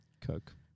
Coke